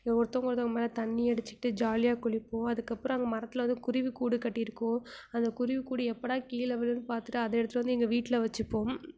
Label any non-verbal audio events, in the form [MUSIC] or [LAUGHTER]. ஒவ்வொருத்தங்க [UNINTELLIGIBLE] மேல் தண்ணி அடித்துக்கிட்டு ஜாலியாக குளிப்போம் அதுக்கப்புறம் அங்கே மரத்தில் வந்து குருவிக்கூடு கட்டியிருக்கும் அந்த குருவிக்கூடு எப்படா கீழே விழும் பார்த்துட்டு அதை எடுத்துட்டு வந்து எங்கள் வீட்டில் வச்சுப்போம்